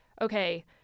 okay